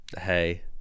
Hey